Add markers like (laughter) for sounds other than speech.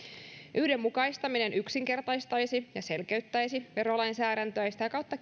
yhdenmukaistaminen yksinkertaistaisi ja selkeyttäisi verolainsäädäntöä ja sitä kautta (unintelligible)